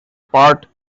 part